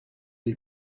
est